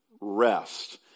rest